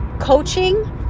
coaching